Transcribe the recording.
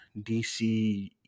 DC